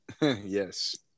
yes